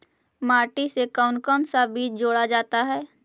माटी से कौन कौन सा बीज जोड़ा जाता है?